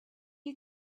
you